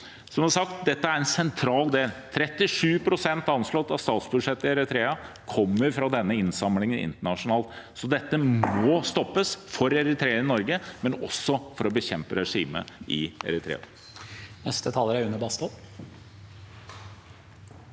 Som sagt er dette en sentral del. 37 pst. av statsbudsjettet i Eritrea er anslått å komme fra denne innsamlingen internasjonalt. Dette må stoppes – for eritreere i Norge, men også for å bekjempe regimet i Eritrea.